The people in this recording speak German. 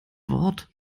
wort